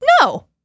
No